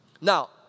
Now